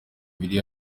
ibiri